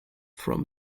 from